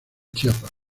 chiapas